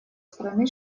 страны